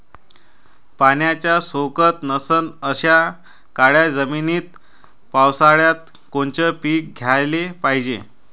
पाण्याचा सोकत नसन अशा काळ्या जमिनीत पावसाळ्यात कोनचं पीक घ्याले पायजे?